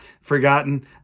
forgotten